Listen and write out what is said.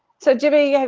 so jimmy, yeah